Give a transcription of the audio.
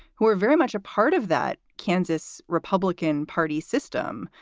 who are very much a part of that kansas republican party system.